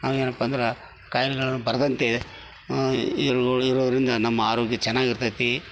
ಆಗ ಏನಪ್ಪಂದ್ರ ಕಾಯಿಲೆಗಳನ್ನು ಬರದಂತೆ ಇರುವುದರಿಂದ ನಮ್ಮ ಆರೋಗ್ಯ ಚೆನ್ನಾಗಿ ಇರ್ತೈತಿ